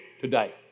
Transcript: today